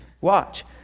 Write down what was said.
watch